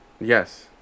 Yes